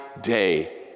day